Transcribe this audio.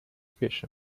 fish